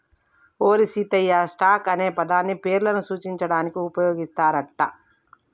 ఓరి సీతయ్య, స్టాక్ అనే పదాన్ని పేర్లను సూచించడానికి ఉపయోగిస్తారు అంట